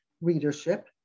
readership